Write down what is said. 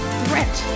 threat